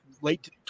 late